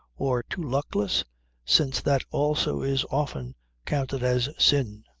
or too luckless since that also is often counted as sin.